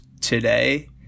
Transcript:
today